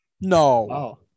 no